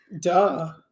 Duh